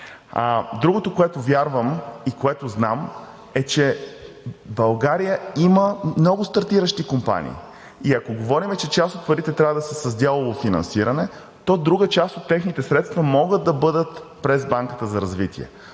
Другото, което вярвам и което знам, е, че България има много стартиращи компании. И ако говорим, че част от парите трябва да са с дялово финансиране, то друга част от техните средства могат да бъдат през Банката за развитие.